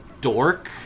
dork